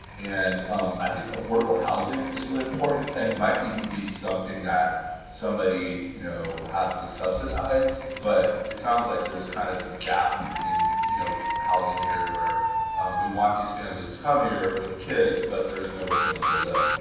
and i think affordable housing is really important and it might even be something that somebody you know has to subsidize, but it sounds like there's kind of this gap in you know housing here where we want these families to come here with kids, but there's nowhere for them to.